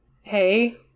hey